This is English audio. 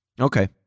Okay